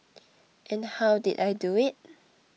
and how did I do it